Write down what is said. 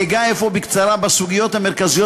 אגע אפוא בקצרה בסוגיות המרכזיות